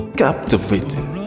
captivating